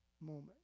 moment